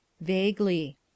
Vaguely